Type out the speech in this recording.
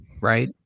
right